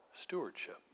stewardship